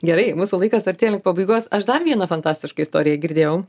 gerai mūsų laikas artėja link pabaigos aš dar vieną fantastišką istoriją girdėjau